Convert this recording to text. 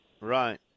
Right